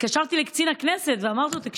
התקשרתי לקצין הכנסת ואמרתי לו: תקשיב,